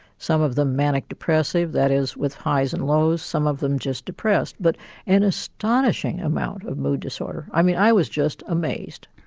some of them manic depressive, that is with highs and lows, some of them just depressed. but an astonishing amount of mood disorder. i mean i was just amazed,